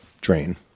drain